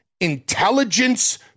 intelligence